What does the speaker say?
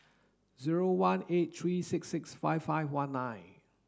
zero one eight three six six five five one nine